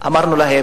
צריך למצוא מנגנון,